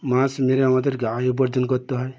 মাছ মেরে আমাদেরকে আয় উপার্জন করতে হয়